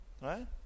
right